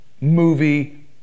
movie